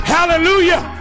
Hallelujah